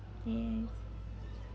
yes